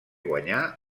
guanyà